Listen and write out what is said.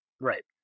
Right